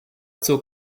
zur